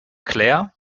claire